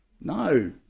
No